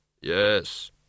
Yes